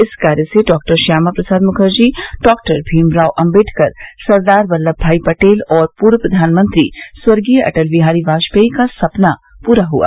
इस कार्य से डॉक्टर श्यामा प्रसाद मुखर्जी डॉक्टर भीमराव आम्बेडकर सरदार बल्लम भाई पटेल और पूर्व प्रधानमंत्री स्वर्गीय अटल बिहारी वाजेयी का सपना पूरा हुआ